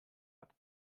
hat